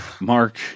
Mark